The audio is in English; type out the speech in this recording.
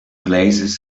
places